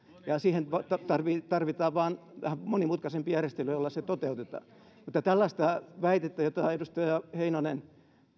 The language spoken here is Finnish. ja siihen tarvitaan vain vähän monimutkaisempi järjestelmä jolla se toteutetaan tällaista väitettä jonka edustaja heinonen